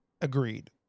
Agreed